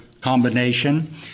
combination